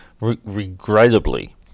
regrettably